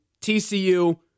TCU